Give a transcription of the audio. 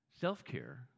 self-care